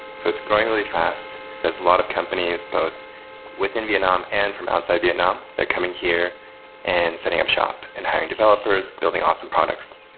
so it's going really fast. there're a lot of companies both within vietnam and from outside vietnam. they're coming here and setting up shop and having developers, building awesome products.